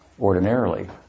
ordinarily